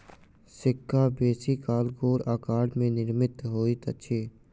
सिक्का बेसी काल गोल आकार में निर्मित होइत अछि